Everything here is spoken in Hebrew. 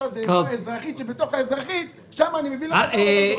זה איבה אזרחית ובתוך האיבה האזרחית אתה מביא את זה.